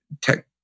tech